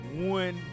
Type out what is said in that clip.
one